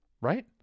Right